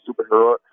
superhero